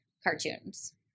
cartoons